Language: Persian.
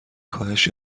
کاهش